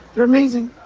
they're amazing.